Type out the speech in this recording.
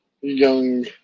young